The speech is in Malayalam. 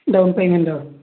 down payment